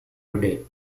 today